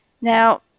Now